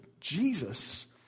Jesus